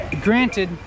granted